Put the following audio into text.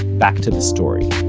back to the story.